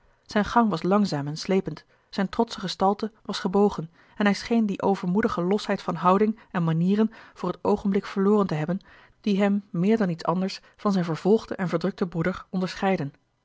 zijn gang was langzaam en sleepend zijne trotsche gestalte was gebogen en hij scheen die overmoedige losheid van houdingen manieren voor t oogenblik verloren te hebben die hem meer dan iets anders van zijn vervolgden en verdrukten broea